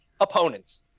opponents